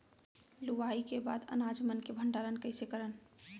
लुवाई के बाद अनाज मन के भंडारण कईसे करन?